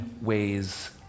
ways